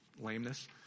lameness